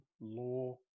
law